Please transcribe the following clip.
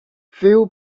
few